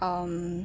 um